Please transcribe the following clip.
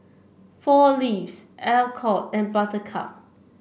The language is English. Four Leaves Alcott and Buttercup